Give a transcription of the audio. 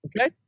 Okay